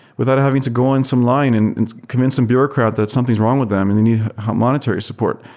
without having to go on some line and convince some bureaucrat that something's wrong with them and they need monetary support.